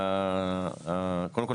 קודם כל,